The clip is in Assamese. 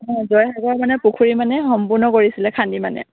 অঁ জয়সাগৰ মানে পুখুৰী মানে সম্পূৰ্ণ কৰিছিলে খান্দি মানে